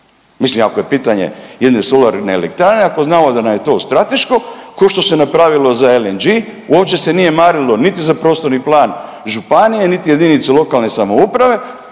Mislim ako je pitanje jedne solarne elektrane, ako znamo da nam je to strateško, ko što se napravilo za LNG uopće se nije marilo niti za prostorni plan županije, niti jedinica lokalne samouprave,